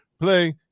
play